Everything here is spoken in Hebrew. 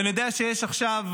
ואני יודע שיש עכשיו